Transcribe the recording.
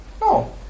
No